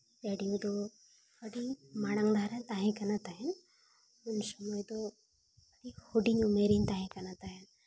radio ᱫᱚ ᱟᱹᱰᱤ ᱢᱟᱲᱟᱝ ᱫᱷᱟᱨᱟ ᱛᱟᱦᱮᱸ ᱠᱟᱱᱟ ᱛᱟᱦᱮᱸᱫ ᱩᱱ ᱥᱚᱢᱚᱭ ᱫᱚ ᱤᱧ ᱦᱩᱰᱤᱧ ᱩᱢᱮᱹᱨᱤᱧ ᱛᱟᱦᱮᱸ ᱠᱟᱱᱟ ᱛᱟᱦᱮᱸᱫ